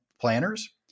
planners